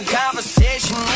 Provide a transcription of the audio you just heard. conversation